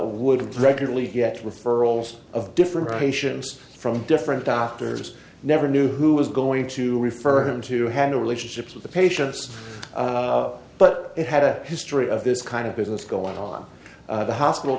would regularly get referrals of different patients from different doctors never knew who was going to refer him to handle relationships with the patients but it had a history of this kind of business going on the hospital